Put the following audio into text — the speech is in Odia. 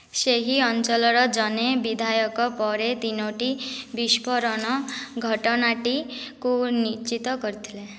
ସେହି ଅଞ୍ଚଳର ଜଣେ ବିଧାୟକ ପରେ ତିନୋଟି ବିସ୍ଫୋରଣ ଘଟଣାଟିକୁ ନିଶ୍ଚିତ କରିଥିଲେ